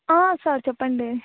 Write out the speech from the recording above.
sir చెప్పండి